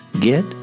get